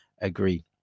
Agree